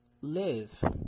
live